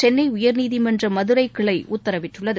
சென்னை உயர்நீதிமன்ற மதுரை கிளை உத்தரவிட்டுள்ளது